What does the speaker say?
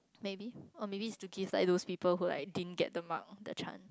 maybe or maybe is to give like those people who like didn't get the mark a chance